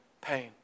pain